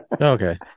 Okay